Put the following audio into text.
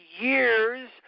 years